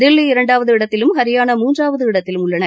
தில்லி இரண்டாவது இடத்திலும் ஹரியானா மூன்றாவது இடத்திலும் உள்ளன